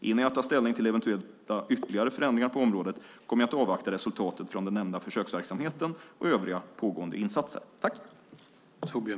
Innan jag tar ställning till eventuella ytterligare förändringar på området kommer jag att avvakta resultatet från den nämnda försöksverksamheten och övriga pågående insatser.